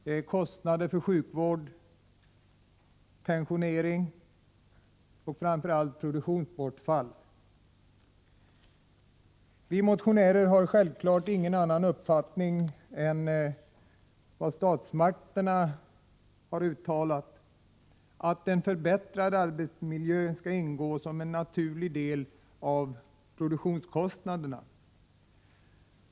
Det gäller kostnader för sjukvård, pensionering och framför allt produktionsbortfall. Vi motionärer har självfallet ingen annan uppfattning än vad statsmakterna har uttalat, nämligen att kostnaderna för en förbättrad arbetsmiljö skall ingå som en naturlig del av produktionskostnaderna.